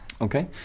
Okay